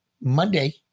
Monday